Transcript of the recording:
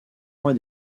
mois